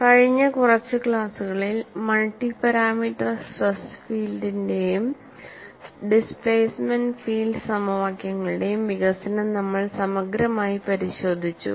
കഴിഞ്ഞ കുറച്ച് ക്ലാസുകളിൽ മൾട്ടി പാരാമീറ്റർ സ്ട്രെസ് ഫീൽഡിന്റെയും ഡിസ്പ്ലേസ്മെന്റ് ഫീൽഡ് സമവാക്യങ്ങളുടെയും വികസനം നമ്മൾ സമഗ്രമായി പരിശോധിച്ചു